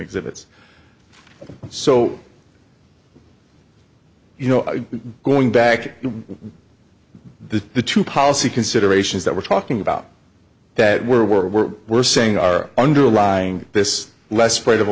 exhibits so you know going back to the two policy considerations that we're talking about that we're we're we're we're saying are underlying this less fight of a